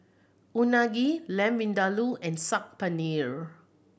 Unagi Lamb Vindaloo and Saag Paneer